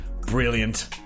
Brilliant